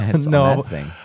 No